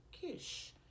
Kish